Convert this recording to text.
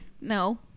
no